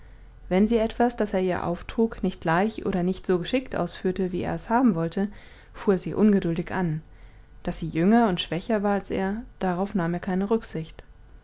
wenn sie etwas das er ihr auftrug nicht gleich oder nicht so geschickt ausführte wie er es haben wollte fuhr er sie ungeduldig an daß sie jünger und schwächer war als er darauf nahm er keine rücksicht